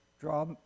Draw